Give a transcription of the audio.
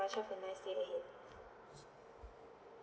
have a nice day ahead